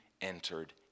entered